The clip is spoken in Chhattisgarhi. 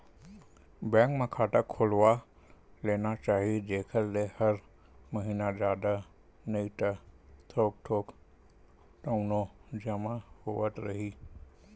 बेंक म खाता खोलवा लेना चाही जेखर ले हर महिना जादा नइ ता थोक थोक तउनो जमा होवत रइही